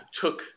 took